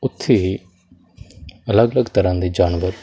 ਉੱਥੇ ਅਲੱਗ ਅਲੱਗ ਤਰ੍ਹਾਂ ਦੇ ਜਾਨਵਰ